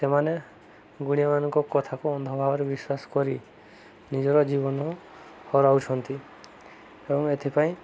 ସେମାନେ ଗୁଡ଼ିଆ ମାନଙ୍କ କଥାକୁ ଅନ୍ଧ ଭାବରେ ବିଶ୍ୱାସ କରି ନିଜର ଜୀବନ ହରାଉଛନ୍ତି ଏବଂ ଏଥିପାଇଁ